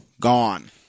gone